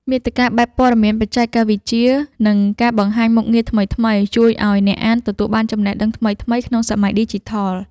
មាតិកាបែបព័ត៌មានបច្ចេកវិទ្យា និងការបង្ហាញមុខងារថ្មីៗ ជួយឱ្យអ្នកអានទទួលបានចំណេះដឹងថ្មីៗក្នុងសម័យឌីជីថល។